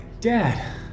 Dad